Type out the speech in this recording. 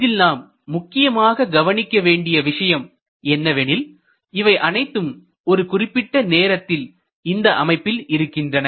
இதில் நாம் முக்கியமாக கவனிக்க வேண்டிய விஷயம் என்னவெனில் இவை அனைத்தும் ஒரு குறிப்பிட்ட நேரத்தில் இந்த அமைப்பில் இருக்கின்றன